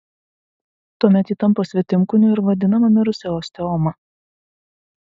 tuomet ji tampa svetimkūniu ir vadinama mirusia osteoma